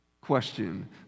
question